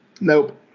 Nope